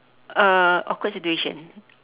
uh awkward situation